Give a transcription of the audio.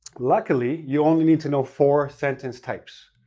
luckily, you only need to know four sentence types.